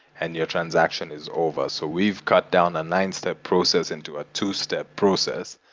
and your transaction is over. so we've cut down a nine step process into a two-step process.